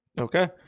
okay